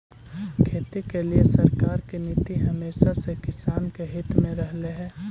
खेती के लिए सरकार की नीति हमेशा से किसान के हित में रहलई हे